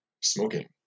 smoking